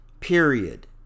Period